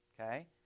Okay